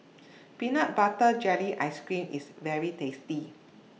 Peanut Butter Jelly Ice Cream IS very tasty